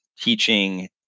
teaching